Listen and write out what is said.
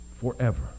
forever